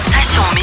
Session